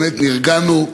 באמת נרגענו,